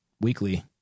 weekly